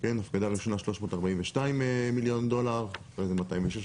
הפקדה ראשונה 342 מיליון דולרים, אחרי זה 216